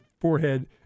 forehead